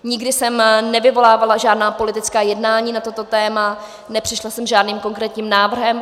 Nikdy jsem nevyvolávala žádná politická jednání na toto téma, nepřišla jsem se žádným konkrétním návrhem.